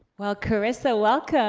well, karissa, welcome.